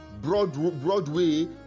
Broadway